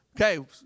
Okay